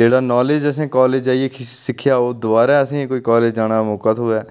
जेह्ड़ा नालेज असें कालज जाइयै सिक्खेआ ओह् दौबार असें ई बापस जाने दा मौका थ्होऐ